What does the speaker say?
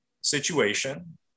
situation